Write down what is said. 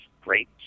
great